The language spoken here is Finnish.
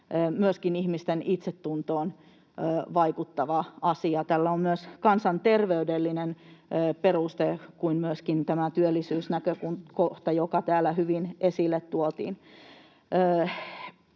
myöskin ihmisten itsetuntoon vaikuttava asia. Tällä on myös kansanterveydellinen peruste kuten myöskin tämä työllisyysnäkökohta, joka täällä hyvin esille tuotiin.